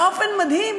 באופן מדהים,